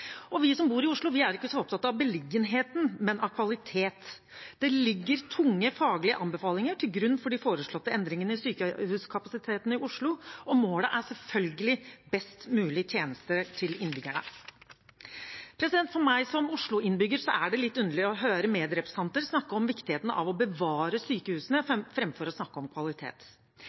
befolkning. Vi som bor i Oslo, er ikke så opptatt av beliggenheten, men av kvalitet. Det ligger tunge faglige anbefalinger til grunn for de foreslåtte endringene i sykehuskapasiteten i Oslo, og målet er selvfølgelig best mulig tjenester til innbyggerne. For meg som Oslo-innbygger er det litt underlig å høre medrepresentanter snakke om viktigheten av å bevare sykehusene framfor å snakke om kvalitet.